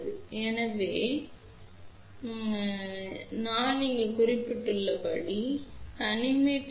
எனவே நான் இங்கு குறிப்பிட்டுள்ளபடி தனிமை 10 டி